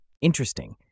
Interesting